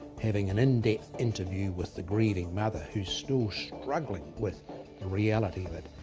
having an in-depth interview with the grieving mother who's still struggling with the reality of it,